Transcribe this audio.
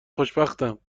خوشبختم